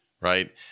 Right